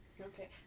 Okay